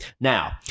Now